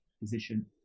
position